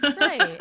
Right